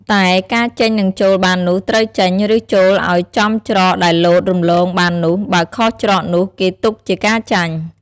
តែការចេញនិងចូលបាននោះត្រូវចេញ ឬចួលឲ្យចំច្រកដែលលោតរំលងបាននោះ បើខុសច្រកនោះ គេទុកជាការចាញ់។